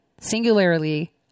singularly